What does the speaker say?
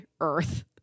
Earth